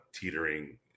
teetering